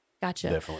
Gotcha